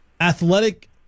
athletic